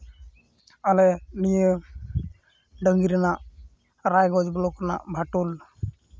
ᱟᱞᱮ ᱱᱤᱭᱟᱹ ᱰᱟᱝᱜᱤ ᱨᱮᱱᱟᱜ ᱨᱟᱭᱜᱚᱸᱡᱽ ᱵᱞᱚᱠ ᱨᱮᱭᱟᱜ ᱵᱟᱴᱳᱞ